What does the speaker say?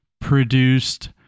produced